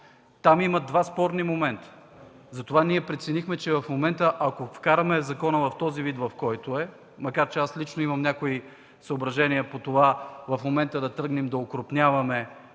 там има два спорни момента. Затова преценихме, че ако сега вкараме закона във вида, в който е, макар че лично аз имам някои съображения по това в момента да тръгнем да окрупняваме